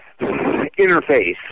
interface